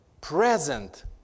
present